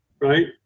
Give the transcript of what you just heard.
right